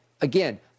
again